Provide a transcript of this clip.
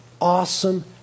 awesome